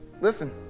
Listen